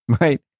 right